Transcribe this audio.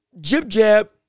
jib-jab